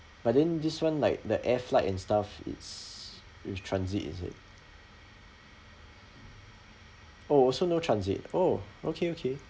but then this one like the air flight and stuff it's with transit is it oh also no transit oh okay okay